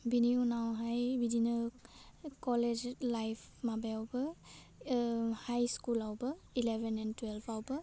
बिनि उनावहाय बिदिनो कलेज लाइफ माबायावबो ओह हाइस स्कुलावबो इलिभेन एन थुएल्भ आवबो